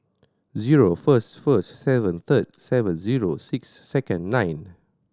zero first first seventh third seventh zero sixth second ninth